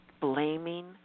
blaming